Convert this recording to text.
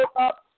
up